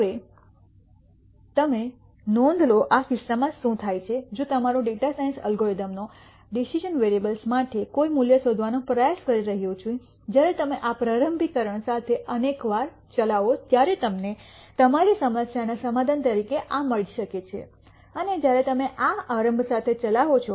હવે નોંધ લો કે આ કિસ્સામાં શું થાય છે જો તમારો ડેટા સાયન્સ અલ્ગોરિધમનો ડિસિઝન વેરીએબલ્સ માટે કોઈ મૂલ્ય શોધવાનો પ્રયાસ કરી રહ્યું છે જ્યારે તમે આ પ્રારંભિકકરણ સાથે આને એકવાર ચલાવો ત્યારે તમને તમારી સમસ્યાના સમાધાન તરીકે આ મળી શકે છે અને જ્યારે તમે આ આરંભ સાથે ચલાવો છો